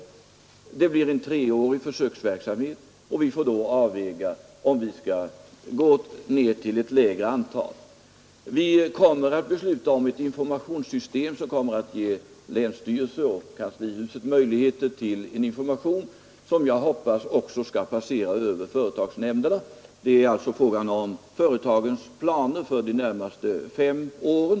Det enskilda industriblir en treårig försöksverksamhet, och vi får sedan avväga om vi skall gå företag ned till ett lägre antal. Vi kommer att besluta om ett informationssystem som skall ge länsstyrelser och kanslihuset möjligheter till en information, som jag hoppas också skall passera över företagsnämnderna. Det är alltså fråga om företagens planer för de närmaste fem åren.